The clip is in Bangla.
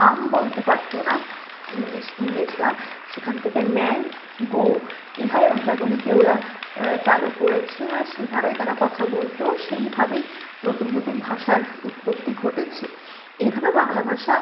আম বলতে পারতো না ইংলিশ ইংরেজরা সেখান থেকে ম্যান গো এইভাবে ভাষাগুলিকে ওরা চালু করেছে আর সেভাবেই তারা কথা বলতো সেইভাবেই নতুন নতুন ভাষার উৎপত্তি ঘটেছে এইভাবে বাংলা ভাষা